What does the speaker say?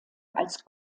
als